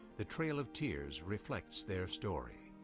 the trail of tears reflects their story.